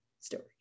story